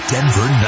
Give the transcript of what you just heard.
Denver